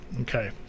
okay